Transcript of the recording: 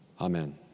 Amen